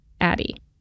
Addie